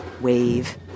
wave